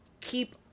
keep